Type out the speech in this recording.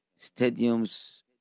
stadiums